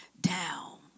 down